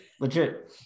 Legit